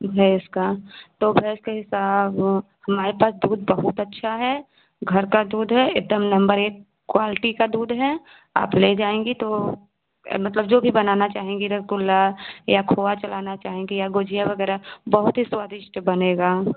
भैंस का तो भैंस का हिसाब हमारे पास दूध बहुत अच्छा है घर का दूध है एकदम नम्बर एक क्वालटी का दूध है आप ले जाएंगी तो मतलब जो भी बनाना चाहेंगी रसगुल्ला या खोया चलाना चाहेंगी या गुजिया वगैरह बहुत ही स्वादिष्ट बनेगा